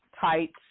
tights